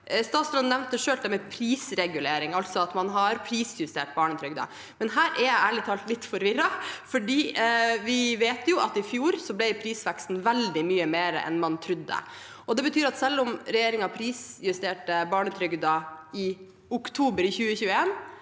Statsråden nevnte selv dette med prisregulering, altså at man har prisjustert barnetrygden, men her er jeg ærlig talt litt forvirret. Vi vet jo at i fjor ble prisveksten veldig mye høyere enn man trodde, og det betyr at selv om regjeringen prisjusterte barnetrygden i oktober 2021,